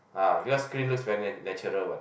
ah because green looks very nat~ natural what